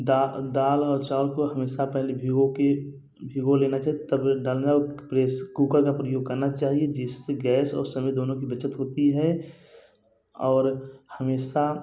दाल और चावल को हमेशा पहले भिगो कर भिगो लेना चाहिए तब डालना प्रेस कुकर का प्रयोग करना चाहिए जिससे गैस और समय दोनों की बचत होती है और हमेशा